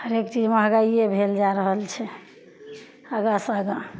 हरेक चीज महगाइए भेल जा रहल छै आगाँसे आगाँ